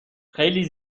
خیلی